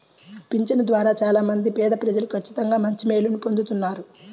పింఛను ద్వారా చాలా మంది పేదప్రజలు ఖచ్చితంగా మంచి మేలుని పొందుతున్నారు